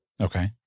Okay